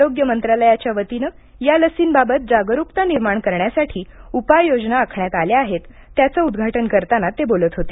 आरोग्य मंत्रालयाच्या वतीनं या लसींबाबत जागरूकता निर्माण करण्यसाठी उपयायोजना आखण्यात आल्या आहेत त्याचं उदघाटन करताना ते बोलत होते